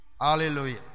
Hallelujah